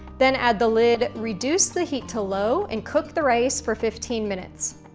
then add the lid, reduce the heat to low, and cook the rice for fifteen minutes.